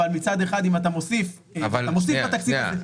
אבל מצד אחד אם אתה מוסיף לתקציב --- שנייה,